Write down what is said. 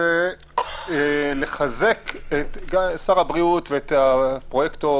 ורוצה לחזק את שר הבריאות ואת הפרויקטור,